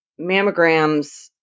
mammograms